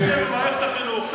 אם זה יהיה במערכת החינוך,